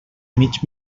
mig